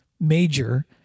major